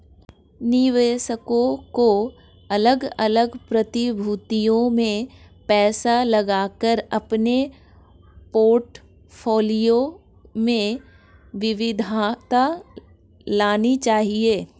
निवेशकों को अलग अलग प्रतिभूतियों में पैसा लगाकर अपने पोर्टफोलियो में विविधता लानी चाहिए